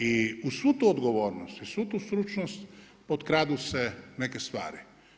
I uz svu tu odgovornost i svu tu stručnost, potkradu se neke stvari.